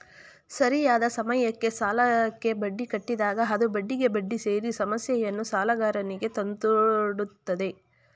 ಸರಿಯಾದ ಸಮಯಕ್ಕೆ ಸಾಲಕ್ಕೆ ಬಡ್ಡಿ ಕಟ್ಟಿದಾಗ ಅದು ಬಡ್ಡಿಗೆ ಬಡ್ಡಿ ಸೇರಿ ಸಮಸ್ಯೆಯನ್ನು ಸಾಲಗಾರನಿಗೆ ತಂದೊಡ್ಡುತ್ತದೆ